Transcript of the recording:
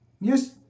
yes